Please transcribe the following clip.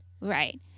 right